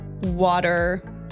water